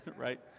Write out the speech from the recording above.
right